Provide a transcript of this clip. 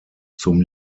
zum